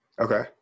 Okay